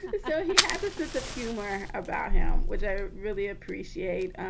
so he has a sense of humor about him, which i really appreciate.